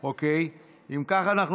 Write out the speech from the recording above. כך,